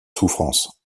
souffrance